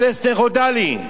פלסנר הודה לי,